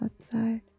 outside